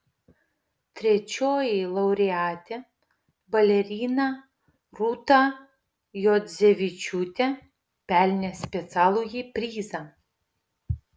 trečioji laureatė balerina rūta juodzevičiūtė pelnė specialųjį prizą